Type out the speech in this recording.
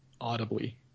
audibly